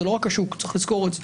זה לא רק השוק, צריך לזכור את זה.